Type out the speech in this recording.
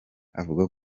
avuga